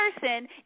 person